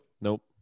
Nope